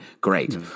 Great